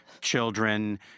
children